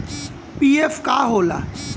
PF का होला?